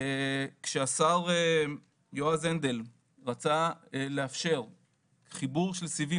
כשהשר יועז הנדל רצה לאפשר חיבור של סיבים